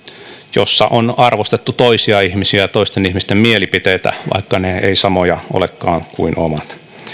jossa on arvostettu toisia ihmisiä ja toisten ihmisten mielipiteitä vaikka ne eivät samoja olisikaan kuin omat